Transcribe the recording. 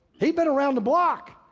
he'd been around the block,